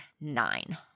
nine